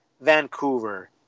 Vancouver